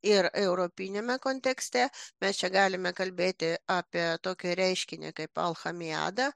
ir europiniame kontekste mes čia galime kalbėti apie tokį reiškinį kaip alchamijadą